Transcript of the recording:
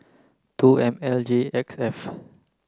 two M L G X F